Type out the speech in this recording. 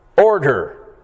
order